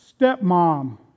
stepmom